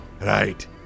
Right